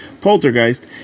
poltergeist